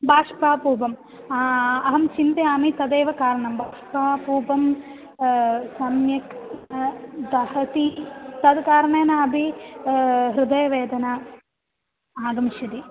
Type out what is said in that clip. बाष्पापूपम् अहं चिन्तयामि तदेव कारणं बाष्पापूपं सम्यक् दहति तद् कारणेन अपि हृदयवेदना आगमिष्यति